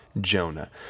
Jonah